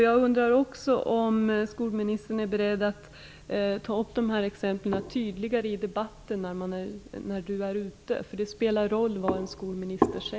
Jag undrar också om skolministern är beredd att ta upp dessa exempel tydligare i debatter hon deltar i på annat håll. Det spelar roll vad en skolminister säger.